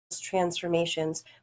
transformations